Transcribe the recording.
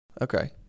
okay